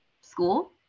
school